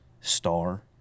star